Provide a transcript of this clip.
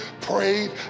prayed